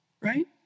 right